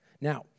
Now